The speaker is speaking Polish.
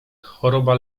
choroba